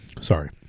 Sorry